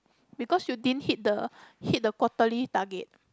because you didn't hit the hit the quarterly target